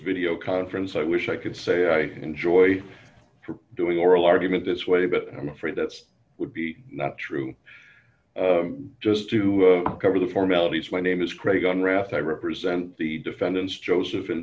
video conference i wish i could say i enjoy doing oral argument this way d but i'm afraid that's would be not true just to cover the formalities my name is craig on wrath i represent the defendants joseph in